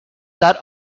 that